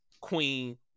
queen